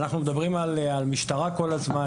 אנחנו מדברים על משטרה כל הזמן.